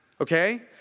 Okay